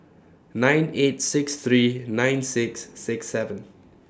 nine eight six three nine six six seven